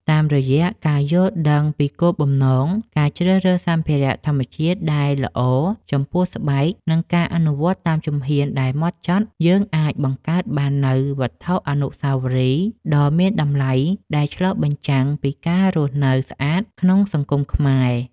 តាមរយៈការយល់ដឹងពីគោលបំណង ការជ្រើសរើសសម្ភារៈធម្មជាតិដែលល្អចំពោះស្បែក និងការអនុវត្តតាមជំហានដែលម៉ត់ចត់ យើងអាចបង្កើតបាននូវវត្ថុអនុស្សាវរីយ៍ដ៏មានតម្លៃដែលឆ្លុះពីការរស់នៅស្អាតក្នុងសង្គមខ្មែរ។